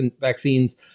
vaccines